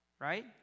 right